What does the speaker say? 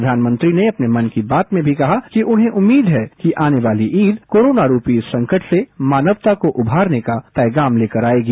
प्रधानमंत्री ने अपने मन की बात में भी कहा कि उन्हें उम्मीद है कि आने वाली ईद कोरोना रूपी संकट से मानवता को उभारने का पैगाम लेकर आएगी